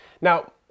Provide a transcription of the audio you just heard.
Now